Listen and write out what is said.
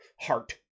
heart